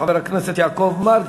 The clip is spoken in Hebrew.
חבר הכנסת יעקב מרגי,